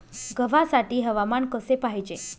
गव्हासाठी हवामान कसे पाहिजे?